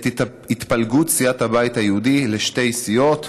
את התפלגות סיעת הבית היהודי לשתי סיעות,